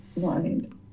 mind